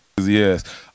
Yes